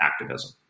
activism